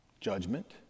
Judgment